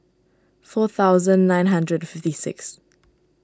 four thousand nine hundred fifty six